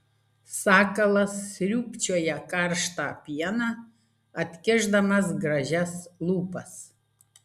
sakalas sriūbčioja karštą pieną atkišdamas gražias lūpas